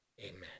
Amen